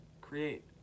create